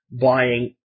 buying